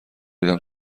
دیدم